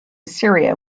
syria